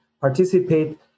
participate